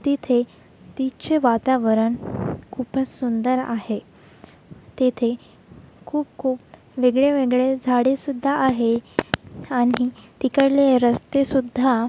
तिथे तिथचे वातावरण खूपच सुंदर आहे तेथे खूपखूप वेगळेवेगळे झाडेसुद्धा आहे आणि तिकडले रस्तेसुद्धा